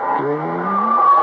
dreams